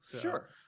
Sure